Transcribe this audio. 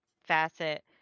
facet